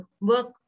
work